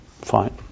Fine